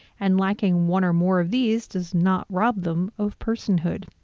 and lacking one or more of these, does not rob them of personhood.